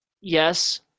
Yes